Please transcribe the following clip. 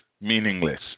meaningless